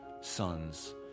sons